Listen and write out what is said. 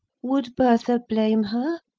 would bertha blame her?